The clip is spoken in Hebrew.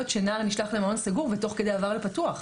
שנער נשלח למעון סגור ותוך כדי עבר לפתוח.